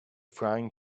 frying